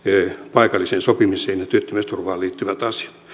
paikalliseen sopimiseen ja työttömyysturvaan liittyvät asiat